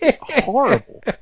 horrible